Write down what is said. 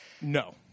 No